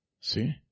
See